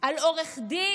על עורך דין,